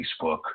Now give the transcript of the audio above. Facebook